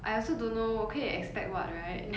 I also don't know 我可以 expect what right